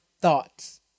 Thoughts